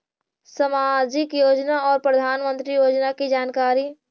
समाजिक योजना और प्रधानमंत्री योजना की जानकारी?